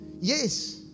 Yes